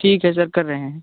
ठीक है सर कर रहें हैं